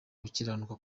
gukiranuka